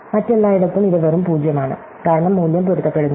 മറ്റെല്ലായിടത്തും ഇത് വെറും 0 ആണ് കാരണം മൂല്യം പൊരുത്തപ്പെടുന്നില്ല